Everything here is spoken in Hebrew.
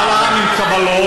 באה לעם עם קבלות,